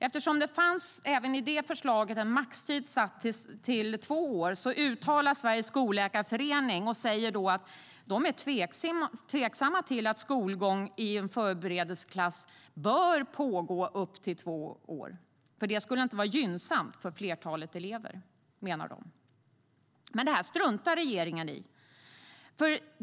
Eftersom det även i detta förslag fanns en maxtid satt till två år uttalar sig Svenska Skolläkarföreningen och säger att de är tveksamma till att skolgång i förberedelseklass bör pågå i upp till två år. Det skulle inte vara gynnsamt för flertalet elever, menar de. Detta struntar regeringen i.